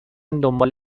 دنبال